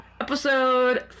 episode